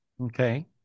Okay